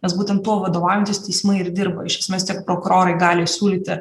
nes būtent tuo vadovaujantis teismai ir dirba iš esmės tiek prokurorai gali siūlyti